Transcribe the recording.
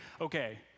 okay